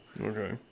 Okay